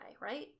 right